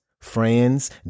friends